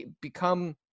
become